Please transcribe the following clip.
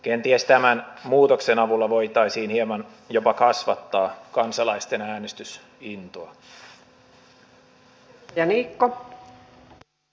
kenties tämän muutoksen avulla voitaisiin hieman jopa kasvattaa kansalaisten äänestysintoa